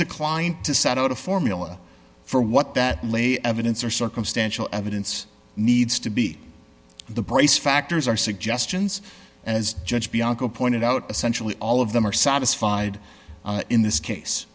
declined to set out a formula for what that lay evidence or circumstantial evidence needs to be the brace factors are suggestions as judge bianco pointed out essentially all of them are satisfied in this case